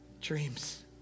dreams